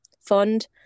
fund